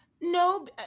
No